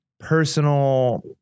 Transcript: personal